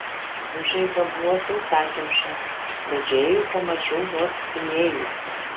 užeiga buvo sausakimša bet džėjų pamačiau vos įėjusi